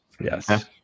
yes